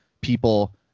people